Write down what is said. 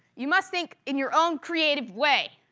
you must think in your own creative way,